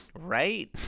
Right